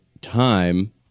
time